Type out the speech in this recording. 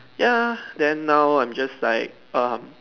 ya then now I'm just like um